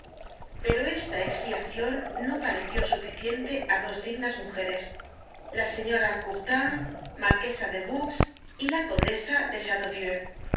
pero esta expiacion no pareció suficiente á dos dignas mujeres la señora courtin marquesa de boucs y la condesa de